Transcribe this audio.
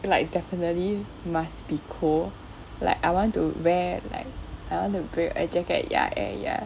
like definitely must be cold like I want to wear like I want to br~ a jacket ya eh ya